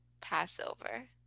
Passover